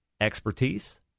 expertise